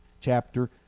chapter